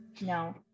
No